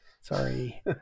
sorry